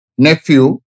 Nephew